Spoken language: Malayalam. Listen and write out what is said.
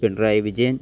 പിണറായി വിജയൻ